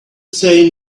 say